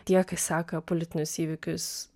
tie kas seka politinius įvykius